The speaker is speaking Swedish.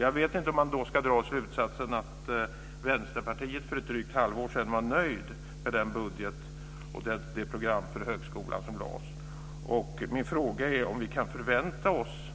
Jag vet inte om man ska dra slutsatsen att Vänsterpartiet för ett drygt halvår sedan var nöjt med den budget och det program för högskolan som lades fram. Kan vi framöver i utbildningsutskottet förvänta oss